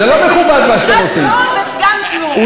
מה זה, משרד כלום וסגן כלום?